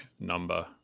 number